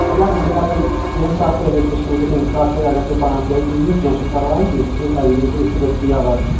جِناب ییٚمہِ ساتہٕ ییٚمہِ ساتہٕ تُہۍ ہیٚکِو سوٗزِتھ تَمہِ ساتہٕ اَگر تُہۍ پانہٕ تہِ ہیٚکِو یِتھ کیٚنٛہہ چھُنہٕ پَرواے ییٚتہِ چھِ ایویلیبٔل ییٚتہِ چھِ دٔستِیاب وردی